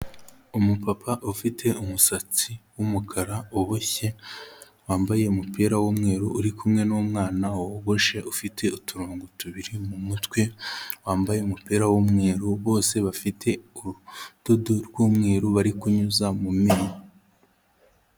Umupapa ufite umusatsi w'umukara uboshye, wambaye umupira w'umweru uri kumwe n'umwana wogoshe ufite uturongo tubiri mu mutwe, wambaye umupira w'umweru, bose bafite urudodo rw'umweru bari kunyuza mu menyo.